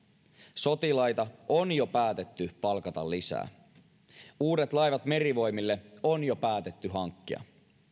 sotilaita on jo päätetty palkata lisää uudet laivat merivoimille on jo päätetty hankkia